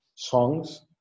songs